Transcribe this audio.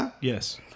Yes